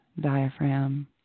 diaphragm